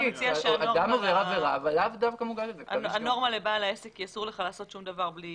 אתה מציע שהנורמה לבעל העסק היא שאסור לך לעשות שום דבר בלי